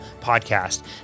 Podcast